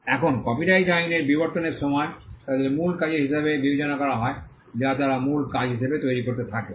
এখন কপিরাইট আইনের বিবর্তনের সময় তাদের মূল কাজের হিসাবে বিবেচনা করা হয় যা তারা মূল কাজ হিসাবে তৈরি হতে থাকে